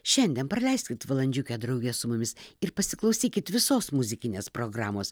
šiandien praleiskit valandžiukę drauge su mumis ir pasiklausykit visos muzikinės programos